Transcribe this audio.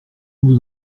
vous